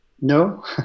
No